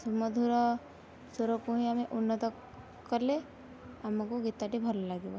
ସୁମଧୂର ସ୍ୱରକୁ ହିଁ ଆମେ ଉନ୍ନତ କଲେ ଆମକୁ ଗୀତଟି ଭଲ ଲାଗିବ